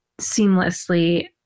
seamlessly